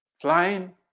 flying